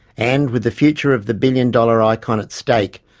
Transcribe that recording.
and, with the future of the billion-dollar icon at stake,